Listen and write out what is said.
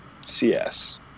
CS